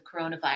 coronavirus